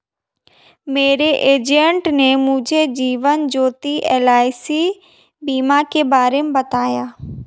मेरे एजेंट ने मुझे जीवन ज्योति एल.आई.सी बीमा के बारे में बताया